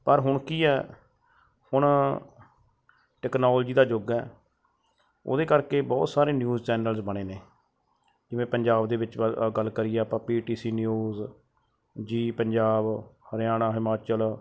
ਪਰ ਹੁਣ ਕੀ ਆ ਹੁਣ ਟੈਕਨੋਲਜੀ ਦਾ ਯੁੱਗ ਹੈ ਉਹਦੇ ਕਰਕੇ ਬਹੁਤ ਸਾਰੇ ਨਿਊਜ਼ ਚੈਨਲ ਬਣੇ ਨੇ ਜਿਵੇਂ ਪੰਜਾਬ ਦੇ ਵਿੱਚ ਵਾ ਅ ਗੱਲ ਕਰੀਏ ਆਪਾਂ P T C news Zee Punjab Haryana Himachal